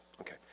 Okay